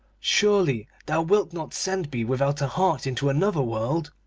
surely thou wilt not send me without a heart into another world